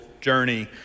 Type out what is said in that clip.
journey